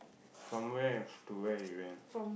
from where to where you went